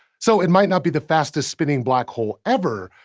so, it might not be the fastest-spinning black hole ever,